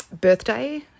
birthday